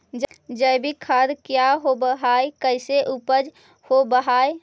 जैविक खाद क्या होब हाय कैसे उपज हो ब्हाय?